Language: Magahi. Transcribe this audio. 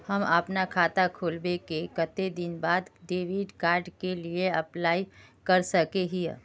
हम खाता खोलबे के कते दिन बाद डेबिड कार्ड के लिए अप्लाई कर सके हिये?